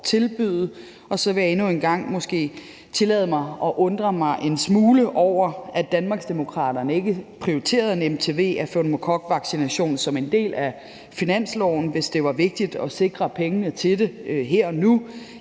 tilbyde. Så vil jeg endnu en gang måske tillade mig at undre mig en smule over, at Danmarksdemokraterne ikke prioriterede en MTV af pneumokokvaccination som en del af finansloven, hvis det var vigtigt at sikre pengene til det her og nu.